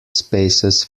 spaces